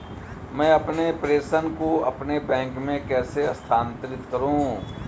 मैं अपने प्रेषण को अपने बैंक में कैसे स्थानांतरित करूँ?